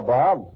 Bob